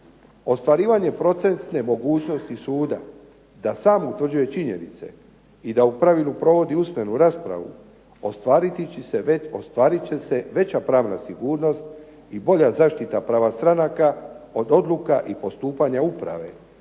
Ostvarivanje procesne mogućnosti suda da sam utvrđuje činjenice i da u pravilu provodi usmenu raspravu ostvarit će se veća pravna sigurnost i bolja zaštita prava stranaka od odluka i postupanja uprave,